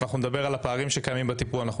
אנחנו נדבר על הפערים שקיימים בטיפול ואנחנו